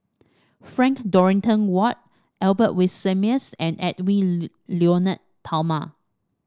Frank Dorrington Ward Albert Winsemius and Edwy Lyonet Talma